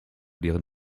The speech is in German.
deren